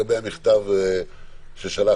לגבי המכתב ששלחתם,